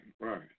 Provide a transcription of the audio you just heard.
right